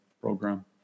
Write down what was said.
program